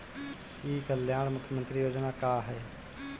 ई कल्याण मुख्य्मंत्री योजना का है?